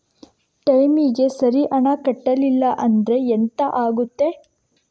ಟೈಮಿಗೆ ಸರಿ ಹಣ ಕಟ್ಟಲಿಲ್ಲ ಅಂದ್ರೆ ಎಂಥ ಆಗುತ್ತೆ?